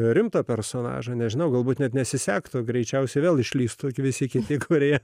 rimtą personažą nežinau galbūt net nesisektų greičiausiai vėl išlįstų visi kiti kurie